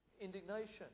indignation